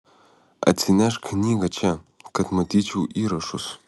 atsinešk knygą čia kad matyčiau įrašus